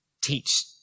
teach